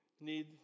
need